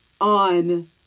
on